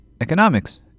Economics